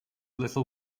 little